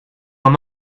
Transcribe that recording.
him